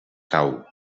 tau